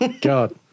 god